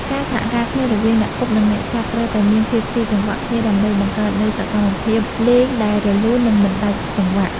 ការសហការគ្នារវាងអ្នកគប់ និងអ្នកចាប់ត្រូវតែមានភាពស៊ីចង្វាក់គ្នាដើម្បីបង្កើតនូវសកម្មភាពលេងដែលរលូន និងមិនដាច់ចង្វាក់។